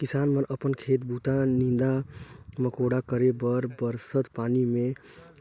किसान मन अपन खेत बूता, नीदा मकोड़ा करे बर बरसत पानी मे